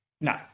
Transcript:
no